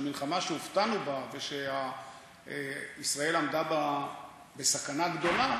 של מלחמה שהופתענו בה ושישראל עמדה בה בסכנה גדולה,